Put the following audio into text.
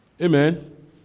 Amen